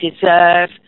deserve